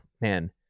man